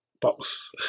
box